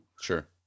Sure